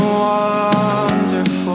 wonderful